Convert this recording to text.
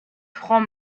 franc